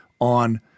on